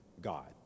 God